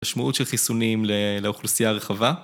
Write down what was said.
המשמעות של חיסונים לאוכלוסייה הרחבה